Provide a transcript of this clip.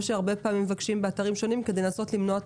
הרבה פעמים מבקשים את זה באתרים שונים וזה כדי לנסות למנוע טעויות.